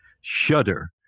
shudder